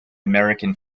american